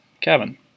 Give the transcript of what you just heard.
Kevin